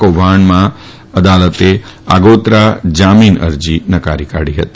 આ કૌભાંડમાં અદાલતે તેમની આગોતરા જામીન અરજી નકારી કાઢી હતી